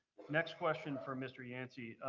next question for mr. yancey,